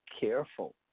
careful